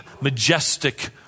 majestic